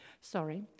sorry